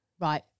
Right